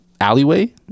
alleyway